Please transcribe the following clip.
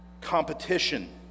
competition